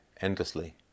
endlessly